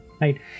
right